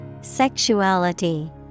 Sexuality